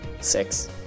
Six